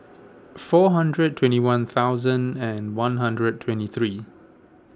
four hundred and twenty one thousand and one hundred and twenty three